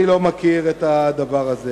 אני לא מכיר את הדבר הזה.